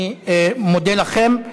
אני מודה לכם.